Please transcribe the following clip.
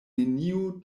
neniu